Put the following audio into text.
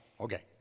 Okay